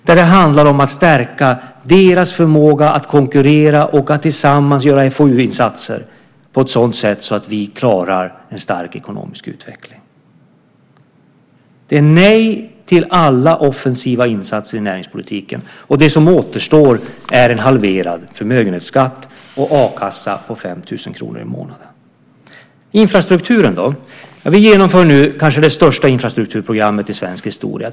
Det handlar om att stärka deras förmåga att konkurrera och att tillsammans göra FOU-insatser på ett sådant sätt att vi klarar en stark ekonomisk utveckling. Det är nej till alla offensiva insatser i näringspolitiken. Och det som återstår är en halverad förmögenhetsskatt och a-kassa på 5 000 kr i månaden. Infrastrukturen då? Ja, vi genomför nu kanske det största infrastrukturprogrammet i svensk historia.